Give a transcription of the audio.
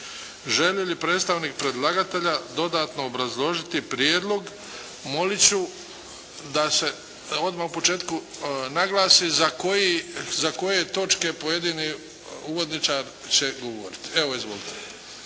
Želi li predstavnik predlagatelja dodatno obrazložiti prijedlog? Molit ću da se odmah u početku naglasi za koje točke pojedini uvodničar će govoriti. Evo, izvolite.